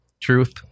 Truth